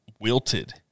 wilted